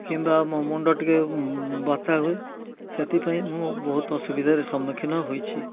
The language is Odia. କିମ୍ବା ମୋ ମୁଣ୍ଡ ଟିକେ ବ୍ୟଥା ହୁଏ ସେଥିପାଇଁ ମୁଁ ବହୁତ ଅସୁବିଧାରେ ସମ୍ମୁଖୀନ ହୋଇଛି